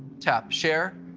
tap share,